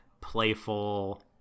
playful